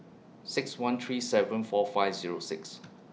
six one three seven four five Zero six